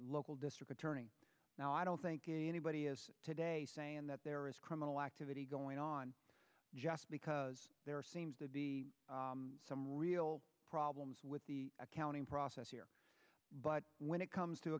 local district attorney now i don't think anybody is today saying that there is criminal activity going on just because there seems to be some real problems with the accounting process here but when it comes to